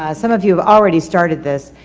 ah some of you have already started this.